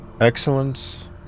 Excellence